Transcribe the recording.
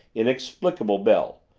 inexplicable bell.